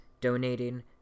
donating